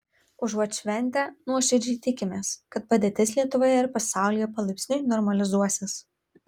užuot šventę nuoširdžiai tikimės kad padėtis lietuvoje ir pasaulyje palaipsniui normalizuosis